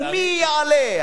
ומי יעלה,